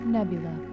Nebula